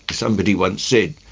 somebody once said,